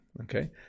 okay